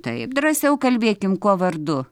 taip drąsiau kalbėkim kuo vardu